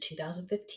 2015